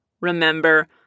remember